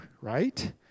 right